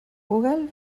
google